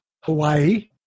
Hawaii